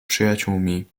przyjaciółmi